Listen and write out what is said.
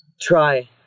Try